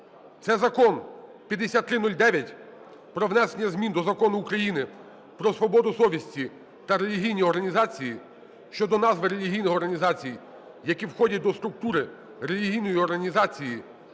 Це Закон 5309, про внесення змін до Закону України "Про свободу совісті та релігійні організації" щодо назви релігійних організацій, які входять до структури релігійної організації,